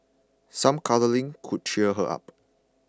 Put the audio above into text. some cuddling could cheer her up